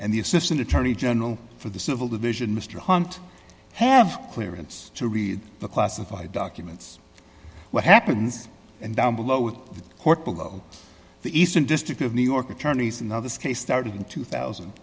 and the assistant attorney general for the civil division mr hunt have clearance to read the classified documents what happens and download the court below the eastern district of new york attorneys and other skate started in two thousand